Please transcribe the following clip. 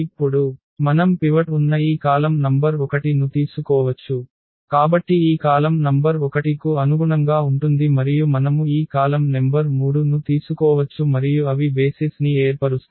ఇప్పుడు మనం పివట్ ఉన్న ఈ కాలమ్ నంబర్ 1 ను తీసుకోవచ్చు కాబట్టి ఈ కాలమ్ నంబర్ 1 కు అనుగుణంగా ఉంటుంది మరియు మనము ఈ కాలమ్ నెంబర్ 3 ను తీసుకోవచ్చు మరియు అవి బేసిస్ ని ఏర్పరుస్తాయి